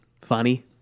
funny